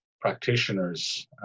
practitioners